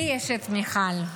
לי יש את מיכל,